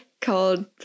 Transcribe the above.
called